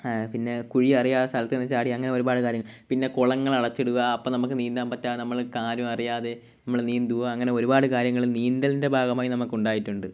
പിന്നെ കുഴി അറിയാതെ സ്ഥലത്ത് നിന്ന് ചാടി അങ്ങനെ ഒരുപാട് കാര്യങ്ങൾ പിന്നെ കുളങ്ങൾ അടച്ചിടുക അപ്പം നമക്ക് നീന്താൻ പറ്റാണ്ട് നമ്മള് ആരും അറിയാതെ മ്മള് നീന്തുക അങ്ങനെ ഒരുപാട് കാര്യങ്ങൾ നീന്തലിൻ്റെ ഭാഗമായി നമുക്ക് ഉണ്ടായിട്ടുണ്ട്